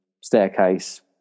staircase